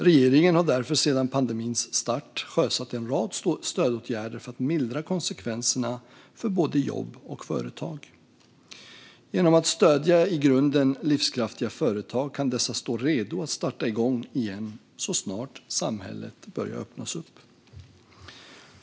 Regeringen har därför sedan pandemins start sjösatt en rad stödåtgärder för att mildra konsekvenserna för både jobb och företag. Genom att stödja i grunden livskraftiga företag kan dessa stå redo att starta igen så snart samhället börjar öppnas upp.